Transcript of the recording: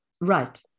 Right